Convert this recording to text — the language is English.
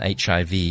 HIV